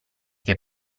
che